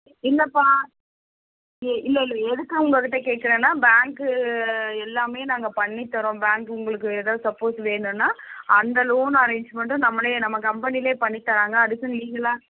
இல்லைப்பா இல்லை இல்லை எதுக்கு உங்ககிட்ட கேட்குறன்னா பேங்க்கு எல்லாமே நாங்கள் பண்ணித்தறோம் பேங்க் உங்களுக்கு ஏதாவது சப்போஸ் வேணும்னா அந்த லோன் அரேஞ்ச்மெண்டும் நம்மளே நம்ம கம்பெனியிலயே பண்ணி தராங்க அதுக்குன்னு லீகலாக